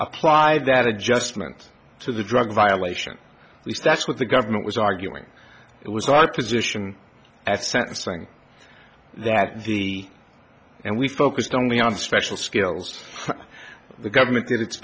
applied that adjustment to the drug violation at least that's what the government was arguing it was our position at sentencing that the and we focused only on special skills the government that it's